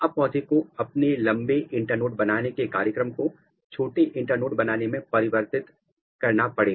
अब पौधे को अपने लंबे इंटर्नोड बनाने के कार्यक्रम को छोटे इंटर्नोड बनाने में परिवर्तित करना पड़ेगा